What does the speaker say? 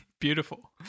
Beautiful